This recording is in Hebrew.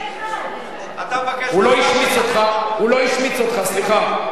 הוא לא השמיץ אותך, סליחה.